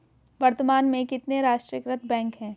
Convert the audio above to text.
वर्तमान में कितने राष्ट्रीयकृत बैंक है?